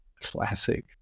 classic